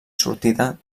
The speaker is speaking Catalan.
sortida